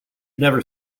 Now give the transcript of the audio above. never